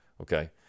Okay